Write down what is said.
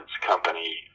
company